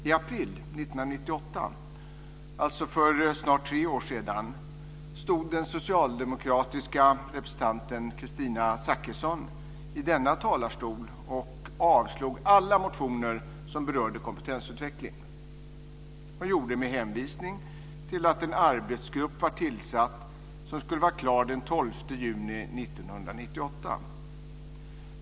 I april 1998, dvs. för snart tre år sedan, stod den socialdemokratiska representanten Kristina Zakrisson i denna talarstol och avstyrkte alla motioner som berörde kompetensutveckling. Hon gjorde det med hänvisning till att en arbetsgrupp var tillsatt som skulle vara klar den 12 juni 1998.